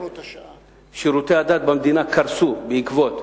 שירותי הדת במדינה קרסו בעקבות